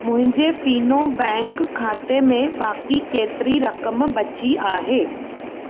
मुंहिंजे Fino bank खाते में बाकी केतिरी रक़म बची आहे